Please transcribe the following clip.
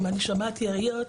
שאם אני שומעת יריות,